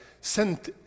sent